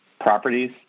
properties